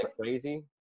crazy